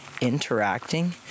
interacting